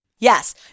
Yes